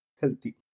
healthy